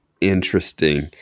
interesting